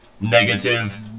Negative